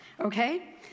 okay